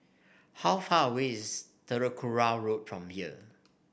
how far away is Telok Kurau Road from here